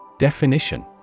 Definition